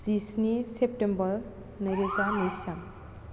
जिस्नि सेप्तेम्बर नैरोजा नैजिथाम